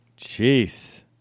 Jeez